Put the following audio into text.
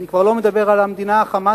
אני כבר לא מדבר על המדינה ה"חמאסית"